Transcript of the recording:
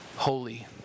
Holy